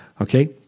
Okay